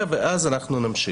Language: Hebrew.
הם יגיעו ואז ימשיכו.